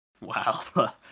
Wow